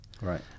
Right